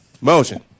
Motion